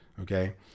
Okay